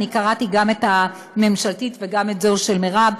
אני קראתי גם את הממשלתית וגם זו של מרב,